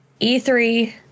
E3